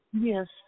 Yes